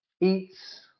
eats